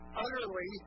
utterly